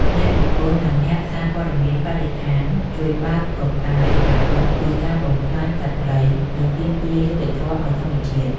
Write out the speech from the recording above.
អ្នកនិពន្ធ និងអ្នកសារព័ត៌មានបរិស្ថាន ជួយបើកកកាយការពិតពីការបំផ្លាញសត្វព្រៃ និងទាមទារយុត្តិធម៌ឱ្យធម្មជាតិ។